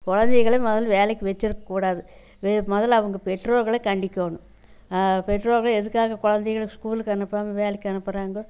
குழந்தைகள முதல் வேலைக்கு வெச்சுருக்கூடாது முதல்ல அவங்க பெற்றோர்களை கண்டிக்கணும் பெற்றோர்கள் எதுக்காக குழந்தைகள ஸ்கூலுக்கு அனுப்பாமல் வேலைக்கு அனுப்புகிறாங்கோ